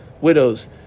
widows